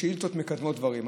ששאילתות מקדמות דברים.